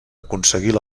aconseguir